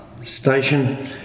station